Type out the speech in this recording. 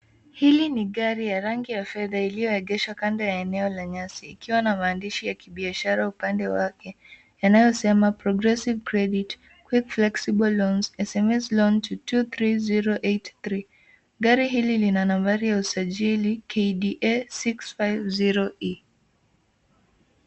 Hili ni gari la rangi ya fedha iliyoegeshwa kando la eneo la nyasi ikiwa na maandishi ya kibiashara upande wake yanayosema progressive credit quick flexible loans. SMS loan to 23083 . Gari hili lina nambari ya usajili KDA 650E .